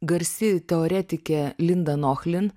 garsi teoretikė linda nochlin